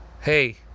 Hey